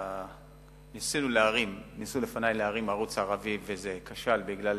שניסו לפני להרים ערוץ ערבי, וזה כשל, בגלל